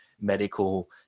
medical